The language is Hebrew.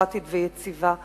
דמוקרטית ויציבה.